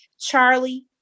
charlie